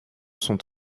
sont